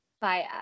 bye